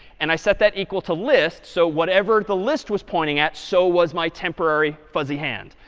and i set that equal to list. so whatever the list was pointing at so was my temporary fuzzy hand.